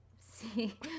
see